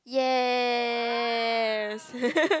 yes